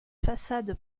façade